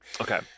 Okay